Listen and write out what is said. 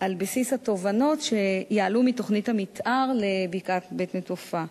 על בסיס התובנות שיעלו מתוכנית המיתאר לבקעת בית-נטופה.